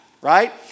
right